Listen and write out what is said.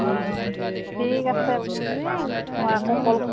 ঠিক আছে মই আকৌ কল